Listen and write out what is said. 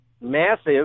massive